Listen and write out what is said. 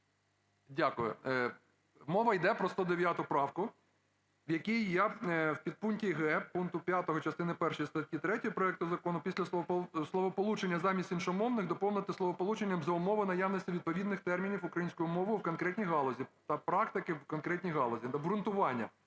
Дякую. Мова йде про 109 правку, в якій я в підпункті г) пункту 5 частини першої статті 3 проекту закону після словосполучення "замість іншомовних" доповнити словосполученням "за умови наявності відповідних термінів українською мовою в конкретній галузі та практики в конкретній галузі". Обґрунтування.